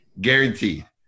Guaranteed